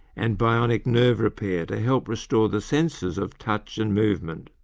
and bionic nerve repair to help restore the senses of touch and movement.